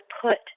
put